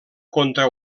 contra